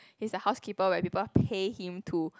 he's a housekeeper where people pay him to